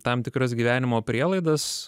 tam tikras gyvenimo prielaidas